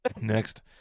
Next